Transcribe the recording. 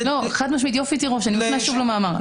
יופי תירוש, תראו במאמר.